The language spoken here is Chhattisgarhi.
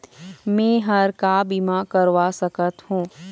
मैं हर का बीमा करवा सकत हो?